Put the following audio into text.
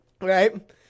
right